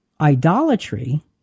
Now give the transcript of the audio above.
idolatry